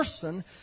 person